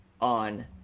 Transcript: on